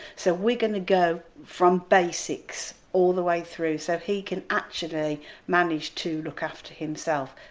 so, we're going to go from basics all the way through, so he can actually manage to look after himself,